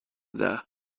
there